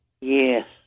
Yes